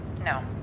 No